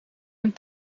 een